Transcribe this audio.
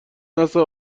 نزد